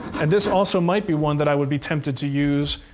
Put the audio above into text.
and this also might be one that i would be tempted to use,